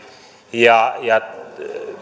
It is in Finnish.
ja ja